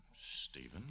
Stephen